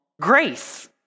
grace